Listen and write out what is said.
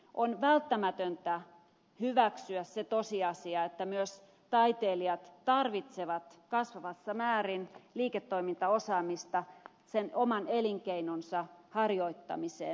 on välttämätöntä hyväksyä se tosiasia että myös taiteilijat tarvitsevat kasvavassa määrin liiketoimintaosaamista oman elinkeinonsa harjoittamiseen